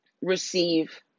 receive